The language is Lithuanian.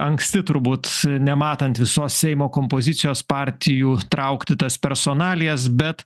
anksti turbūt nematant visos seimo kompozicijos partijų traukti tas personalijas bet